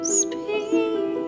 speak